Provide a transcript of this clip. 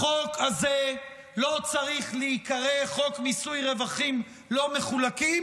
החוק הזה לא צריך להיקרא "חוק מיסוי רווחים לא מחולקים"